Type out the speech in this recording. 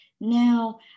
Now